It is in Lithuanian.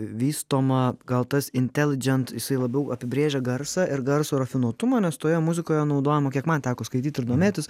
vystoma gal tas intelidžent jisai labiau apibrėžia garsą ir garso rafinuotumą nes toje muzikoje naudojama kiek man teko skaityt ir domėtis